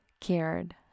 cared